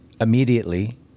immediately